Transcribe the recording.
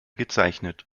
gezeichnet